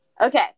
Okay